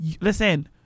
listen